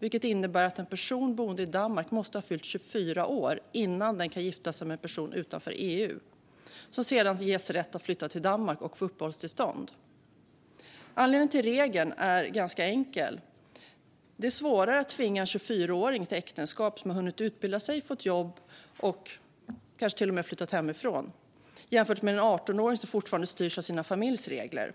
Det innebär att en person boende i Danmark måste ha fyllt 24 år innan den kan gifta sig med en person utanför EU, som sedan ges rätt att flytta till Danmark och få uppehållstillstånd. Anledningen till regeln är ganska enkel. Det är svårare att tvinga en 24-åring till äktenskap som har hunnit utbilda sig, fått jobb och kanske till och med flyttat hemifrån jämfört med en 18-åring som fortfarande styrs av sin familjs regler.